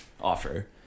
offer